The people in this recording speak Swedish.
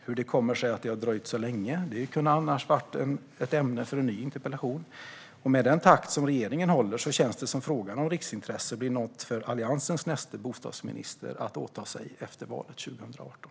Hur det kommer sig att det har dröjt så länge kunde annars ha varit ämne för en ny interpellation. Med den takt som regeringen håller känns det som att frågan om riksintressen blir något för alliansens bostadsminister att åta sig efter valet 2018.